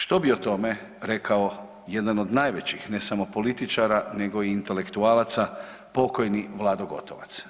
Što bi o tome rekao jedan od najvećih ne samo političara nego i intelektualaca pokojni Vlado Gotovac?